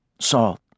salt